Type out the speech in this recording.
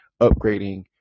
upgrading